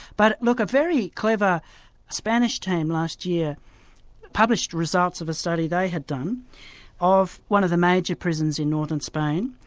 but look, a very clever spanish team last year published the results of a study they had done of one of the major prisons in northern spain,